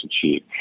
achieve